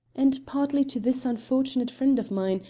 and partly to this unfortunate friend of mine,